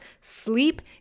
Sleep